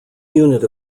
unit